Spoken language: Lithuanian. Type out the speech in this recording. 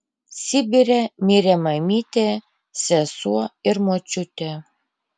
sibire mirė mamytė sesuo ir močiutė